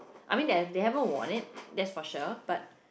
I mean they have they haven't won it that's for sure